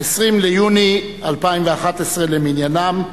20 ביוני 2011 למניינם.